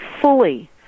fully